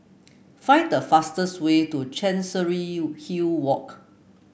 find the fastest way to Chancery Hill Walk